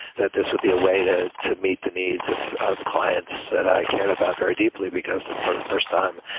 that this would be a way to to meet the needs of of clients that i cared about very deeply, because for the first time,